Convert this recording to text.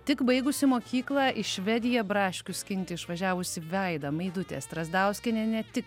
tik baigusi mokyklą į švediją braškių skinti išvažiavusi vaida meidutė strazdauskienė ne tik